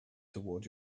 toward